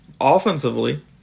offensively